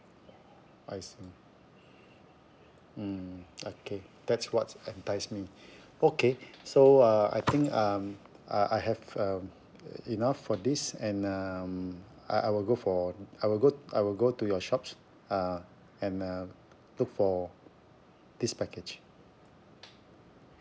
I see mm okay that's what's entice me okay so uh I think um uh I have um enough for this and um I I will go for I will go I will go to your shops uh and uh look for this package